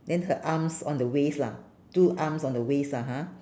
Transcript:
then her arms on the waist lah two arms on the waist lah ha